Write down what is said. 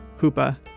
Hoopa